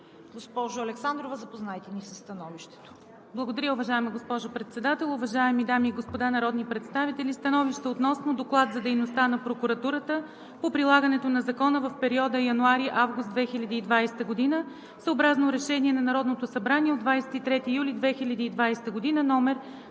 Госпожо Александрова, запознайте ни със Становището. ДОКЛАДЧИК АННА АЛЕКСАНДРОВА: Благодаря, уважаема госпожо Председател. Уважаеми дами и господа народни представители! „СТАНОВИЩЕ относно Доклад за дейността на прокуратурата по прилагането на закона в периода януари – август 2020 г., съобразно решение на Народното събрание от 23 юли 2020 г., №